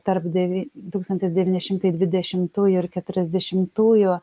tarp devy tūkstantis devyni šimtai dvidešimtųjų ir keturiasdešimtųjų